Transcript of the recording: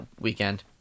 weekend